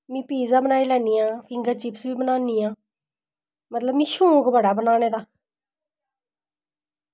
में पिज्जा बनाई लैन्नी आं फिंगर चिप्स बी बनाई लैन्नी आं मतलब मिगी शौक बड़ा बनाने दा